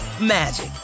magic